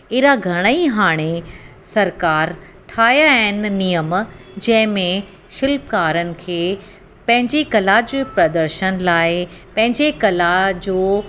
अहिड़ा घणेई हाणे सरकारि ठाहिया आहिनि नियम जंहिं में शिल्पकारनि खे पंहिंजी कला जो प्रदर्शन लाइ पंहिंजे कला जो